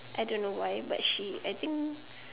I don't know why but she I think